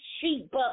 sheep